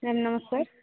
ma'am ନମସ୍କାର